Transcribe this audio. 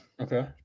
okay